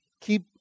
Keep